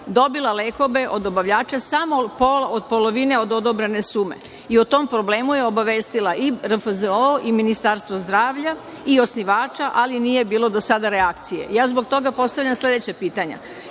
dobila lekove od dobavljača samo od polovine od odobrene sume i o tom problemu je obavestila i RFZO i Ministarstvo zdravlja i osnivača, ali nije bilo do sada reakcije. Zbog toga postavljam sledeće pitanje